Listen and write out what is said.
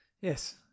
Yes